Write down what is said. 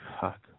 fuck